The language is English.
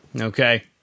Okay